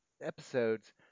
episodes